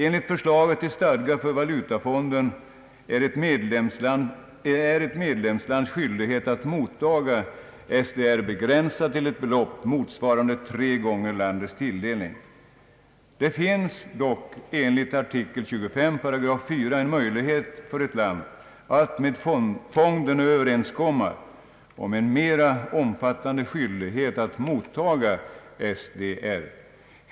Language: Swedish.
Enligt förslaget till stadga för Valutafonden är ett medlemslands skyldighet att motta SDR begränsad till ett belopp motsvarande tre gånger landets tilldelning. Det finns dock enligt artikel XXV § 4 en möjlighet för ett land att med fonden överenskomma om en mera omfattande skyldighet att motta SDR.